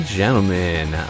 gentlemen